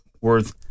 Worth